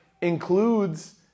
includes